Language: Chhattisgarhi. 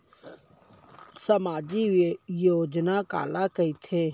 सामाजिक योजना काला कहिथे?